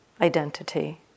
identity